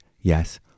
Yes